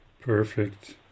Perfect